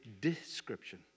description